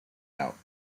out